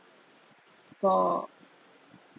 for